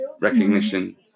recognition